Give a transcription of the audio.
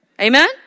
Amen